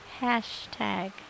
Hashtag